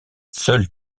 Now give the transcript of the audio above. seul